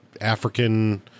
African